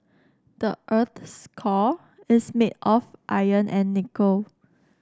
the earth's core is made of iron and nickel